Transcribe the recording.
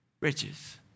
riches